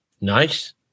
Nice